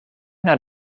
not